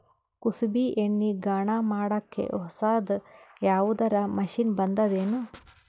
ಕುಸುಬಿ ಎಣ್ಣೆ ಗಾಣಾ ಮಾಡಕ್ಕೆ ಹೊಸಾದ ಯಾವುದರ ಮಷಿನ್ ಬಂದದೆನು?